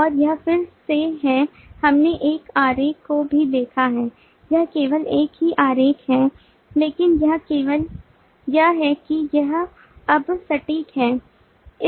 और यह फिर से है हमने इस आरेख को भी देखा था यह केवल एक ही आरेख है लेकिन यह केवल यह है कि यह अब सटीक है